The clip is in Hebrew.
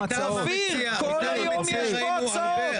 אופיר, כל היום יש פה הצעות.